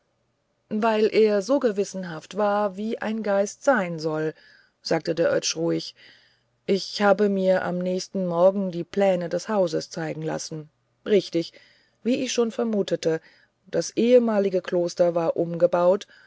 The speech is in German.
weil er so gewissenhaft war wie ein geist sein soll sagte der oetsch ruhig ich habe mir am nächsten morgen die pläne des hauses zeigen lassen richtig so wie ich schon vermutete das ehemalige kloster war umgebaut